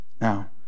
Now